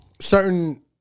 certain